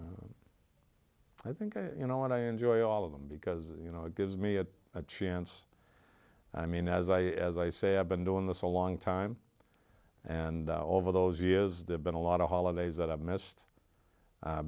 said i think you know what i enjoy all of them because you know it gives me a chance i mean as i say i've been doing this a long time and over those years there's been a lot of holidays that i've missed